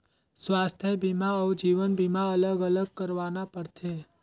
स्वास्थ बीमा अउ जीवन बीमा अलग अलग करवाना पड़थे?